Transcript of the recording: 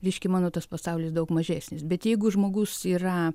reiškia mano tas pasaulis daug mažesnis bet jeigu žmogus yra